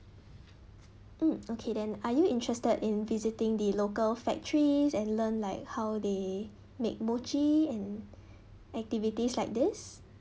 mm okay then are you interested in visiting the local factories and learn like how they make mochi and activities like this